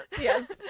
yes